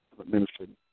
administrative